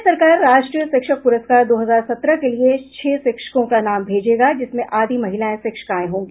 राज्य सरकार राष्ट्रीय शिक्षक पुरस्कार दो हजार सत्रह के लिए छह शिक्षकों का नाम भेजेगा जिसमें आधी महिला शिक्षिकाएं होंगी